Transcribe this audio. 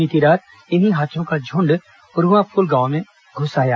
बीती रात इन्ही हाथियों का झुण्ड रुंवाफूल गांव में घुस आया